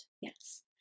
Yes